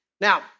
Now